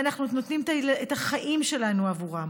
ואנחנו נותנים את החיים שלנו עבורם.